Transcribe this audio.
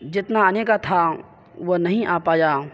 جتنا آنے کا تھا وہ نہیں آ پایا